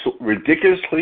ridiculously